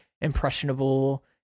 impressionable